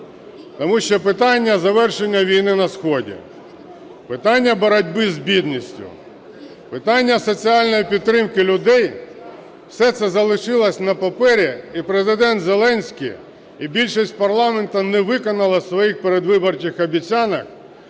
тому що питання завершення війни на сході, питання боротьби з бідністю, питання соціальної підтримки людей – все це залишилося на папері. І Президент Зеленський, і більшість парламенту не виконали своїх передвиборчих обіцянок,